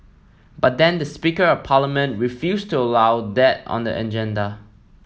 but then the speaker of parliament refused to allow that on the agenda